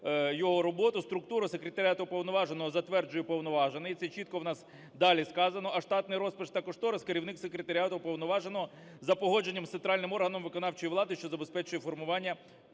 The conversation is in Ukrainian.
його роботу. Структуру секретаріату уповноваженого затверджує уповноважений, це чітко в нас далі сказано, а штатний розпис та кошторис – керівник секретаріату уповноваженого за погодженням з центральним органом виконавчої влади, що забезпечує формування